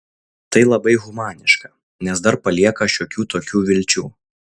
tai labai humaniška nes dar palieka šiokių tokių vilčių